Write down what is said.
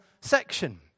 section